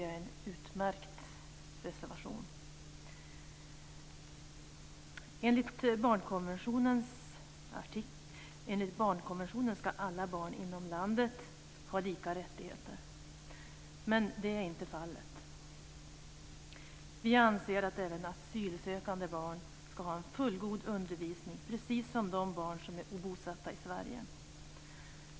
Jag tycker att det är en utmärkt reservation. Enligt barnkonventionen ska alla barn inom landet ha lika rättigheter, men det är inte fallet. Vi anser att även asylsökande barn ska ha en fullgod undervisning precis som de barn som är bosatta i Sverige.